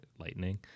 lightning